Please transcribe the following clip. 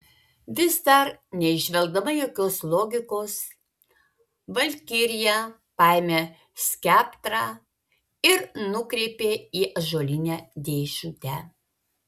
vis dar neįžvelgdama jokios logikos valkirija paėmė skeptrą ir nukreipė į ąžuolinę dėžutę